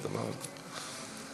סבבה.